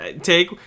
Take